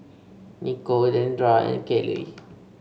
Nikko Deandra and Kaley